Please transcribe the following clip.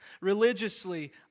religiously